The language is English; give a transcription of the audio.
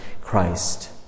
Christ